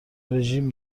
رژیم